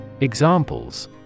Examples